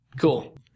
cool